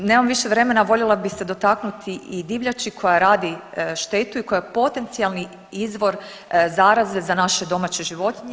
Nemam više vremena, a voljela bih se dotaknuti i divljači koja radi štetu i koja je potencijalni izvor zaraze za naše domaće životnije.